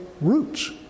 roots